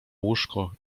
łóżko